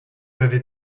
avez